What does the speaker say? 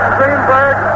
Greenberg